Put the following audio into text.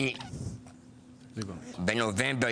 אני בנובמבר